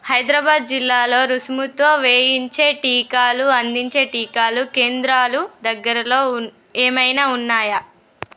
హైద్రాబాదు జిల్లాలో రుసుముతో వేయించే టీకాలు అందించే టీకాలు కేంద్రాలు దగ్గరలో ఏమైనా ఉన్నాయా